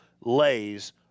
lays